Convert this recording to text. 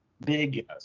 big